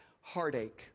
heartache